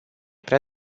prea